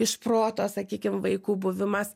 iš proto sakykim vaikų buvimas